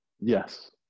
yes